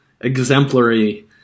exemplary